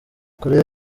korea